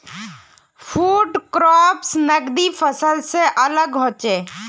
food crops नगदी फसल से अलग होचे